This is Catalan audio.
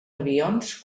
avions